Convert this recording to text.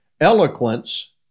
eloquence